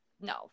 No